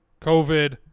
COVID